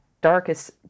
darkest